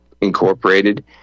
incorporated